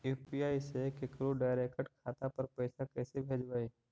UPI से केकरो direct खाता पर पैसा कैसे भेजबै?